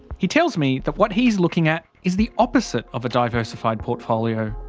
he tells me that what he is looking at is the opposite of a diversified portfolio.